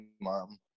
Mom